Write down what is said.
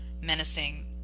menacing